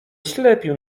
ślepił